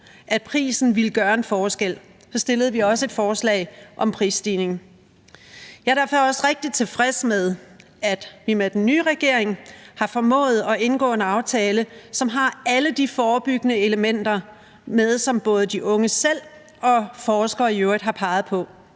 at prisen ville gøre en forskel, stillede vi også et forslag om prisstigning. Jeg er derfor også rigtig tilfreds med, at vi med den nye regering har formået at indgå en aftale, som har alle de forebyggende elementer med, som både de unge selv og forskere i øvrigt har peget på.